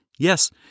Yes